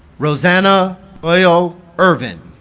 rosanna royall ervin